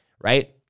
right